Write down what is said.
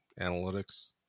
analytics